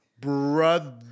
brother